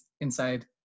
inside